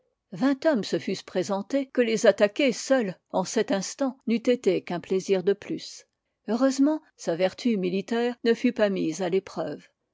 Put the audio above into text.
vingt hommes se fussent présentés que les attaquer seul en cet instant n'eût été qu'un plaisir de plus heureusement sa vertu militaire ne fut pas mise à l'épreuve